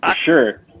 Sure